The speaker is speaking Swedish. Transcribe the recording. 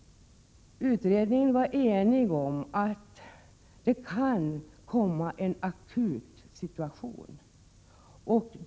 Utredningen var enig om att det kan inträffa en akut situation.